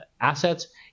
assets